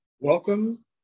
Welcome